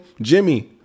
Jimmy